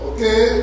Okay